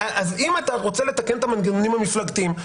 אז אם אתה רוצה לתקן את המנגנונים המפלגתיים,